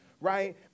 right